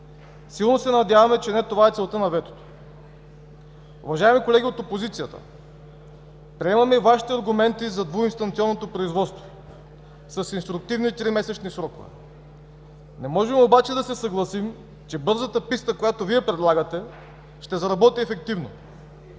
Силно се надяваме, че не това е целта на ветото. Уважаеми колеги от опозицията, приемаме Вашите аргументи за двуинстанционното производство с инструктивни тримесечни срокове. Не можем обаче да се съгласим, че бързата писта, която Вие предлагате, ще заработи ефективно.